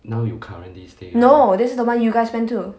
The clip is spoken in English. no this is the one you guys went to